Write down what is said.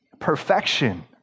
perfection